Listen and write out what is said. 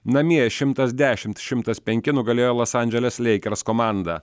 namie šimtas dešimt šimtas penki nugalėjo los andželes leikers komandą